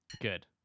good